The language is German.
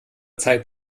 zeit